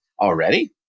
already